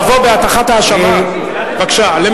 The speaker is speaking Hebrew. אני